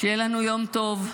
שיהיה לנו יום טוב.